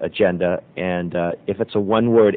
agenda and if it's a one word